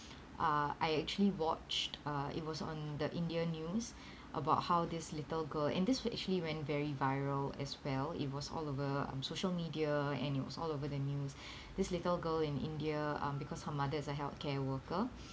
uh I actually watched uh it was on the indian news about how this little girl and this were actually went very viral as well it was all over um social media and it was all over the news this little girl in india um because her mother is a healthcare worker